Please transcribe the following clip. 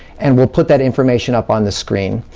and we'll put that information up on the screen.